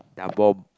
they're bomb